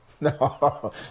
no